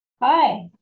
hi